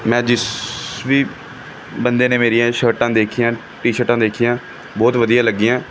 ਮੈਂ ਜਿਸ ਵੀ ਬੰਦੇ ਨੇ ਮੇਰੀਆਂ ਇਹ ਸ਼ਰਟਾਂ ਦੇਖੀਆਂ ਟੀ ਸ਼ਰਟਾਂ ਦੇਖੀਆਂ ਬਹੁਤ ਵਧੀਆ ਲੱਗੀਆਂ